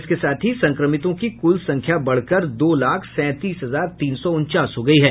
इसके साथ ही संक्रमितों की कुल संख्या बढ़कर दो लाख सैंतीस हजार तीन सौ उनचास हो गयी है